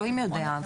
אלוהים יודע.